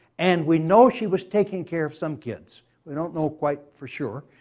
and we know she was taking care of some kids. we don't know quite for sure,